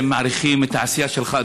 הם מעריכים את העשייה שלך,